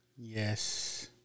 Yes